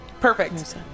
perfect